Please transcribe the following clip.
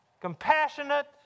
compassionate